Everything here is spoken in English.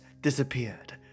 disappeared